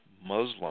Muslim